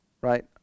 right